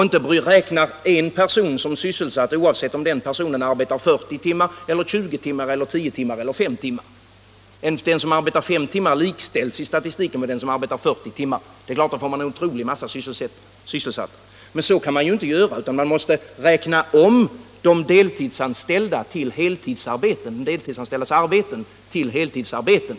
Man räknar en person som sysselsatt oavsett om denne arbetar 40, 20, 10 eller 5 timmar. Den som arbetar 5 timmar likställs i statistiken med den som arbetar 40 timmar. Då är det klart att man får en otrolig mängd sysselsatta. Men så kan man inte göra, utan man måste räkna om de deltidsanställdas arbeten till heltidsarbeten.